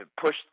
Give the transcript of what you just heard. push